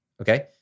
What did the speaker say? Okay